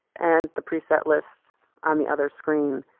and the preset list on the other screen.